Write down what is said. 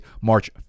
March